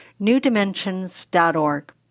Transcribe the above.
NewDimensions.org